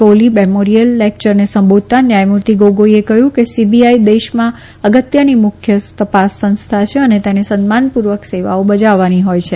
Kohli memorial લેકયરને સંબોધતા ન્યાયમૂર્તિ ગોગોઈએ કહયું કે સીબીઆઈ દેશમાં અગત્યની મુખ્ય તપાસ સંસ્થા છે અને તેને સન્માન પુર્વક સેવાઓ બજાવવાની હોય છે